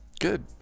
Good